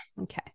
Okay